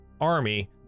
army